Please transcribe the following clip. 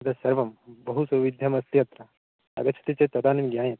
एतत्सर्वं बहु सौविध्यमस्ति अत्र आगच्छति चेत् तदानिं ज्ञायते